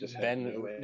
Ben